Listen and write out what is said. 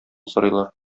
сорыйлар